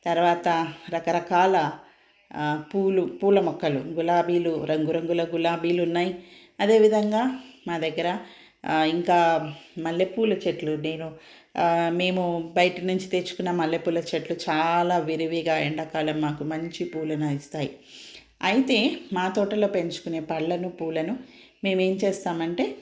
తర్వాత రకరకాల పూలు పూల మొక్కలు గులాబీలు రంగురంగుల గులాబీలు ఉన్నాయి అదేవిధంగా మా దగ్గర ఇంకా మల్లెపూలు చెట్లు నేను మేము బయట నుంచి తెచ్చుకున్న మల్లెపూల చెట్లు చాలా విరివిగా ఎండాకాలం మాకు మంచి పూలను ఇస్తాయి అయితే మా తోటలో పెంచుకునే పళ్ళను పూలను మేమేం చేస్తామంటే